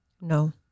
no